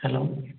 hello